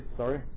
sorry